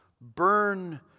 burn